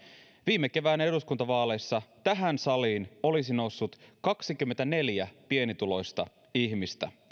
viime kevään eduskuntavaaleissa tähän saliin olisi noussut kaksikymmentäneljä pienituloista ihmistä